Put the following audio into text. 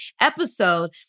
episode